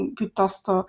piuttosto